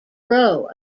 row